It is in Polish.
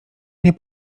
nie